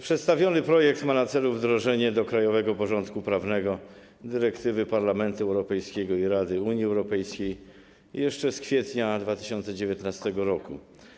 Przedstawiony projekt ma na celu wdrożenie do krajowego porządku prawnego dyrektywy Parlamentu Europejskiej i Rady Unii Europejskiej jeszcze z kwietnia 2019 r.